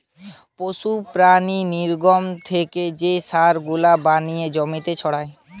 পশু প্রাণীর নির্গমন থেকে যে সার গুলা বানিয়ে জমিতে ছড়ায়